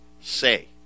say